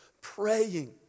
praying